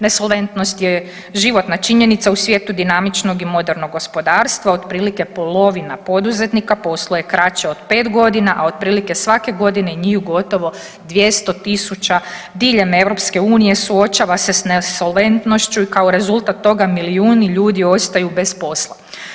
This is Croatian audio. Nesolventnost je životna činjenica u svijetu dinamičnog i modernog gospodarstva otprilike polovina poduzetnika posluje kraće od pet godina, a otprilike svake godine njih gotovo 200 000 diljem EU suočava se sa nesolventnošću i kao rezultat toga milijuni ljudi ostaju bez posla.